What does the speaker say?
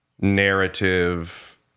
narrative